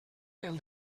pel